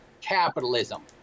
capitalism